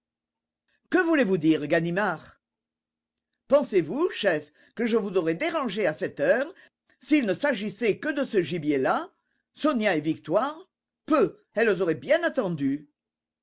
que voulez-vous dire ganimard pensez-vous chef que je vous aurais dérangé à cette heure s'il ne s'agissait que de ce gibier là sonia et victoire peuh elles auraient bien attendu